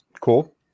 Cool